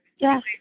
Yes